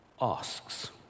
asks